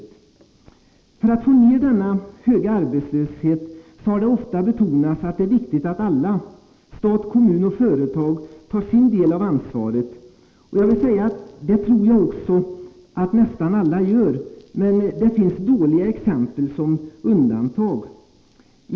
Det har ofta betonats att det, för att man skall få ned denna höga arbetslöshet, är viktigt att alla — stat, kommun och företag — tar sin del av ansvaret. Det tror jag också att nästan alla gör, men det finns dåliga exempel som undantag.